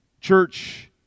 church